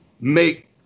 make